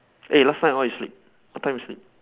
eh last night what you sleep what time you sleep